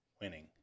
winning